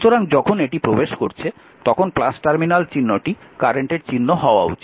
সুতরাং যখন এটি প্রবেশ করছে তখন টার্মিনাল চিহ্নটি কারেন্টের চিহ্ন হওয়া উচিত